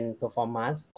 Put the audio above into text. performance